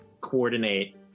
coordinate